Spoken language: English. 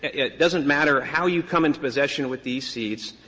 it doesn't matter how you come into possession with these seeds.